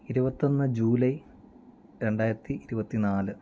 ഇരുപത്തൊന്ന് ജൂലൈ രണ്ടായിരത്തി ഇരുപത്തിനാല്